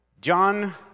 John